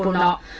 da